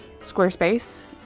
Squarespace